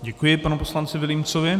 Děkuji panu poslanci Vilímcovi.